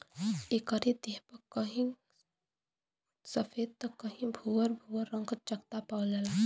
एकरे देह पे कहीं सफ़ेद त कहीं भूअर भूअर रंग क चकत्ता पावल जाला